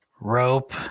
rope